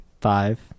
Five